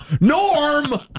Norm